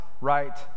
right